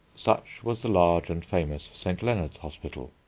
such was the large and famous st. leonard's hospital,